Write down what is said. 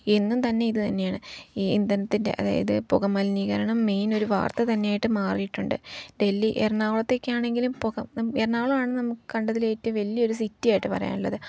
എന്നും തന്നെ ഇതു തന്നെയാണ് ഈ ഇന്ദനത്തിൻ്റെ അതായത് പുക മലിനീകരണം മെയിൻ ഒരു വാർത്ത തന്നെയായിട്ട് മാറിയിട്ടുണ്ട് ഡെല്ലി എറണാകുളമൊക്കെയാണെങ്കിലും പുക എറണാകുളമാണ് നമുക്ക് കണ്ടതിൽ ഏറ്റവും വലിയൊരു സിറ്റിയായിട്ട് പറയാനുള്ളത്